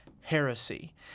heresy